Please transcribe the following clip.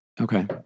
okay